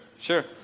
sure